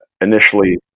initially